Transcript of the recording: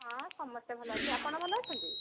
ହଁ ସମସ୍ତେ ଭଲ ଅଛି ଆପଣ ଭଲ ଅଛନ୍ତି